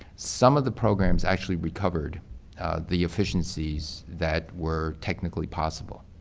some of the programs actually recovered the efficiencies that were technically possible.